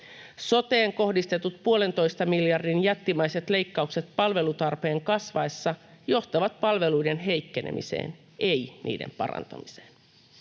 Soteen kohdistetut puolentoista miljardin jättimäiset leikkaukset palvelutarpeen kasvaessa johtavat palveluiden heikkenemiseen, eivät niiden parantamiseen.